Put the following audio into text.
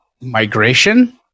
migration